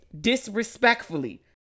disrespectfully